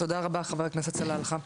תודה רבה חבר הכנסת סלאלחה,